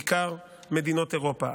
בעיקר מדינות אירופה,